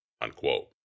Unquote